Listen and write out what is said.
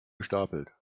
gestapelt